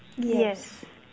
yes